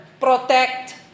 Protect